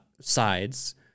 Sides